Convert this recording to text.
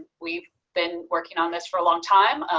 we've been working on this for a long time,